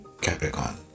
Capricorn